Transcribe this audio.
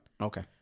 Okay